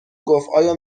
گفتایا